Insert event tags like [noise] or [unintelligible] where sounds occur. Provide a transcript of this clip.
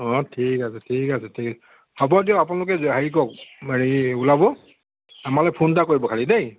অঁ ঠিক আছে ঠিক আছে ঠিক আছে হ'ব দিয়ক আপোনালোকে [unintelligible] হেৰি কৰক হেৰি ওলাব আমালৈ ফোন এটা কৰিব খালী দেই